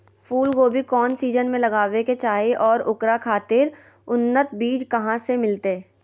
फूलगोभी कौन सीजन में लगावे के चाही और ओकरा खातिर उन्नत बिज कहा से मिलते?